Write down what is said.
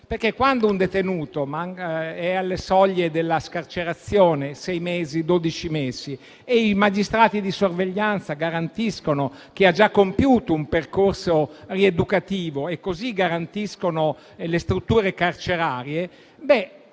Quando un detenuto è alle soglie della scarcerazione (dai sei ai dodici mesi) e i magistrati di sorveglianza garantiscono che ha già compiuto un percorso rieducativo, così come le strutture carcerarie,